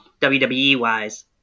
WWE-wise